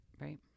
Right